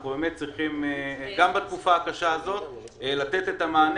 אנחנו צריכים גם בתקופה הקשה הזו לתת את המענה,